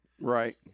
Right